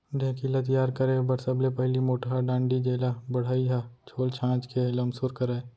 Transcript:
ढेंकी ल तियार करे बर सबले पहिली मोटहा डांड़ी जेला बढ़ई ह छोल चांच के लमसोर करय